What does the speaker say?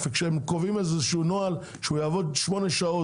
הם קבעו איזה שהוא נוהל כך שנהג יעבוד שמונה שעות